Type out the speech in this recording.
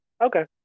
Okay